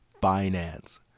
finance